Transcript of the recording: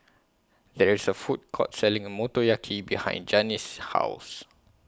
There IS A Food Court Selling Motoyaki behind Jannie's House